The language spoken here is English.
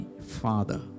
father